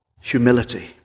humility